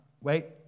Wait